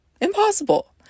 Impossible